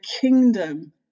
kingdom